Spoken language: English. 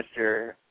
Mr